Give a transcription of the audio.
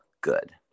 good